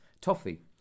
Toffee